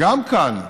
וגם כאן,